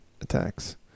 attacks